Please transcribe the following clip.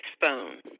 phone